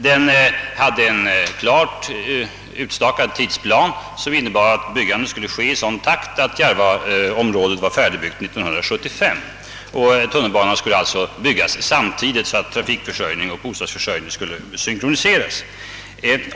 Det fanns också en klart utstakad tidsplan, som innebar att järvaområdet skulle vara färdigbyggt 1975. "Tunnelbanan skulle alltså byggas samtidigt, så att trafikförsörjning och bostadsförsörjning kunde synkroniseras.